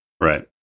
Right